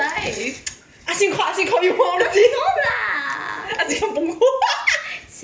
ask him call ask him call you I want see ask him come punggol